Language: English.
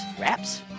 wraps